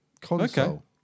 console